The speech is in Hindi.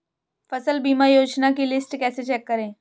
फसल बीमा योजना की लिस्ट कैसे चेक करें?